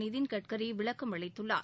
நிதின் கட்கரியும் விளக்கம் அளித்துள்ளார்